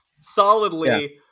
solidly